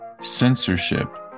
censorship